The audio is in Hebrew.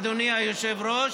אדוני היושב-ראש,